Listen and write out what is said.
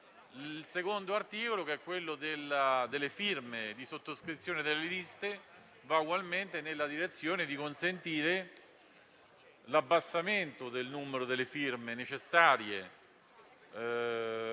Il secondo articolo, relativo alle firme di sottoscrizione delle liste, va ugualmente nella direzione di consentire l'abbassamento del numero delle firme necessarie,